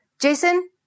Jason